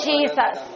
Jesus